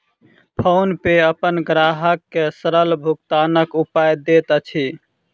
PhonePe अपन ग्राहक के सरल भुगतानक उपाय दैत अछि